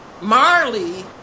Marley